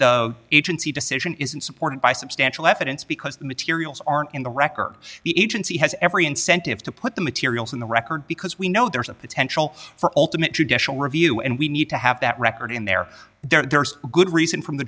agency decision isn't supported by substantial evidence because the materials aren't in the record the agency has every incentive to put the materials in the record because we know there is a potential for ultimate judicial review and we need to have that record in there there's good reason from the